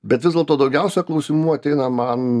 bet vis dėlto daugiausia klausimų ateina man